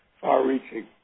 far-reaching